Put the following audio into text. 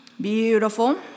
Beautiful